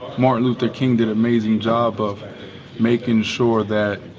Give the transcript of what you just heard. martin luther king did amazing job of making sure that,